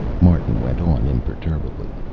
martin went on imperturably.